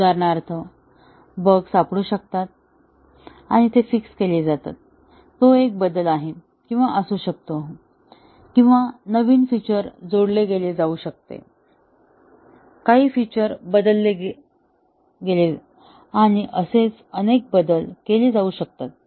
उदाहरणार्थ बग सापडू शकतात आणि ते फिक्स केले जातात तो एक बदल आहे किंवा असू शकतो काही नवीन फिचर जोडले गेले जाऊ शकते काही फिचर बदल केले गेले आणि असेच अनेक बदल केले जाऊ शकतात